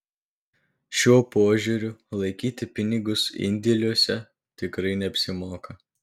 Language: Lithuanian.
šiuo požiūriu laikyti pinigus indėliuose tikrai neapsimoka